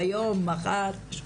היום, מחר.